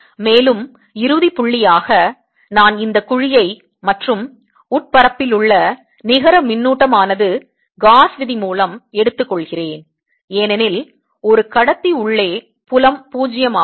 மேலும் இறுதி புள்ளியாக நான் இந்த குழியை மற்றும் உள் பரப்பிலுள்ள நிகர மின்னூட்டம் ஆனது காஸ் விதி மூலம் எடுத்துக் கொள்கிறேன் ஏனெனில் ஒரு கடத்தி உள்ளே புலம் 0 ஆகும்